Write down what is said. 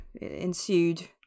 ensued